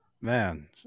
man